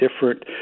different